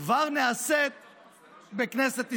כבר נעשית בכנסת ישראל,